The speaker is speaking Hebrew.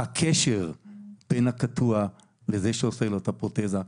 הקשר בין הקטוע לבין זה שעושה לו את הפרוטזה,